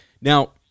Now